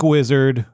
Wizard